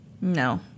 No